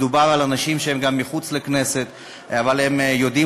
מדובר על אנשים שהם גם מחוץ לכנסת אבל הם יודעים